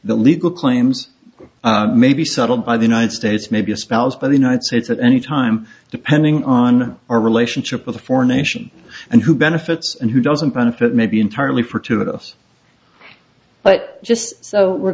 the legal claims may be settled by the united states maybe a spouse but the united states at any time depending on our relationship with a foreign nation and who benefits and who doesn't benefit may be entirely for two of us but just so we're